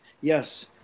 Yes